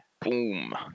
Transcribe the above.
Boom